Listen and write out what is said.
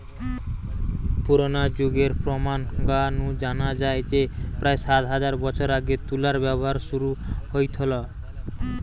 পুরনা যুগের প্রমান গা নু জানা যায় যে প্রায় সাত হাজার বছর আগে তুলার ব্যবহার শুরু হইথল